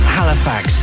Halifax